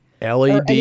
LED